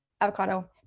avocado